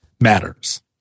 matters